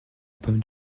pomme